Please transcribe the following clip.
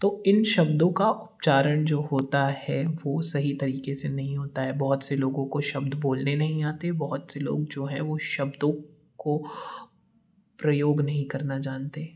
तो इन शब्दों का उच्चारण जो होता है वो सही तरीके से नहीं होता है बहुत से लोगों को शब्द बोलने नहीं आते बहुत से लोग जो हैं वो शब्दों को प्रयोग नहीं करना जानते